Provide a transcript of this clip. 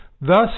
Thus